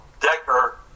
Decker